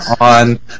on